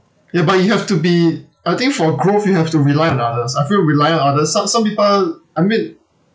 ya but you have to be I think for growth you have to rely on others I feel relying on others some some people I mean